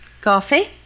Coffee